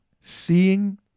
seeing